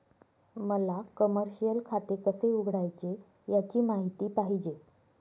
मला कमर्शिअल खाते कसे उघडायचे याची माहिती पाहिजे